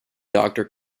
doctor